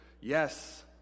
Yes